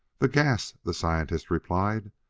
the gas, the scientist replied.